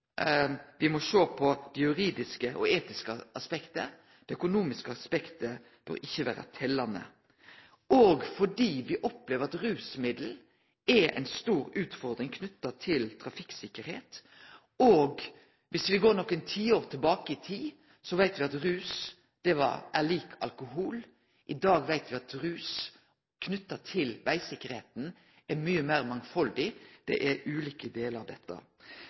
må sjå på det juridiske og etiske aspektet. Det økonomiske aspektet må ikkje vere teljande, fordi me opplever at rusmiddelbruk er ei stor utfordring når det gjeld trafikksikkerheit. Dersom me går nokre tiår tilbake i tid, veit me at rus var lik alkohol. I dag veit me at rus knytt til vegsikkerheit er meir mangfaldig – det er ulike delar av dette.